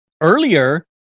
Earlier